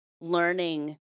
learning